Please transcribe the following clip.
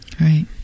Right